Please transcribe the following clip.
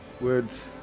words